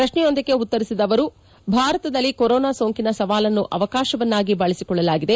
ಪ್ರಶ್ನೆಯೊಂದಕ್ಕೆ ಉತ್ತರಿಸಿದ ಅವರು ಭಾರತದಲ್ಲಿ ಕೊರೋನೋ ಸೋಂಕಿನ ಸವಾಲನ್ನು ಅವಕಾಶವನ್ನಾಗಿ ಬಳಸಿಕೊಳ್ಳಲಾಗಿದೆ